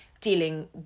dealing